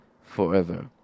forever